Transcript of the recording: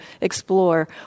explore